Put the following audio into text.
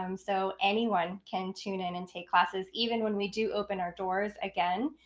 um so anyone can tune in and take classes. even when we do open our doors again,